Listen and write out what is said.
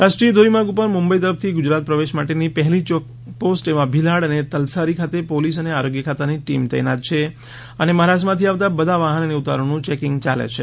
રાષ્ટ્રીય ધોરીમાર્ગ ઉપર મુંબઈ તરફથી ગુજરાત પ્રવેશ માટેની પહેલી ચેકપોસ્ટ એવા ભીલાડ અને તલસારી ખાતે પોલીસ અને આરોગ્ય ખાતાની ટિમ તૈનાત છે અને મહારાષ્ટ્રમાંથી આવતા બધા વાહન અને ઉતારુંનું ચેકિંગ યાલે છે